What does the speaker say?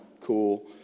cool